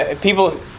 people